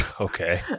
okay